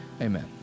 Amen